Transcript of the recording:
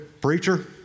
preacher